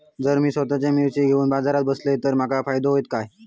जर मी स्वतः मिर्ची घेवून बाजारात बसलय तर माका फायदो होयत काय?